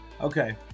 Okay